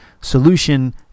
solution